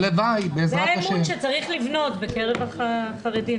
זה האמון שצריך לבנות בקרב החרדים.